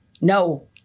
no